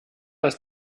ist